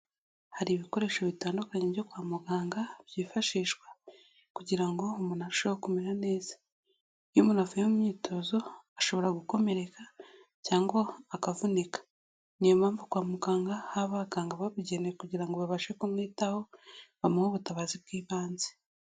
Hari ibikoresho bitandukanye byo kwa muganga byifashishwa kugira ngo umuntu arusheho kumera neza, iyo umuntu avuye mu myitozo ashobora gukomereka cyangwa akavunika, ni yo mpamvu kwa muganga haba abaganga babigenewe kugira ngo babashe kumwitaho, bamuhe ubutabazi bw'ibanze.